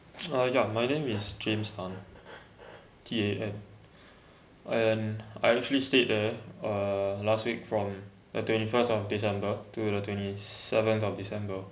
uh ya my name is james tan T A N and I actually stayed there uh last week from uh twenty first of december to the twenty seventh of december